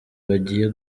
bagiye